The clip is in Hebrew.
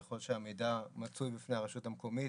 ככל שהמידע מצוי בפני הרשות המקומית